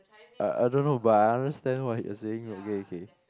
I I don't know but I understand what you're saying okay okay